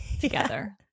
together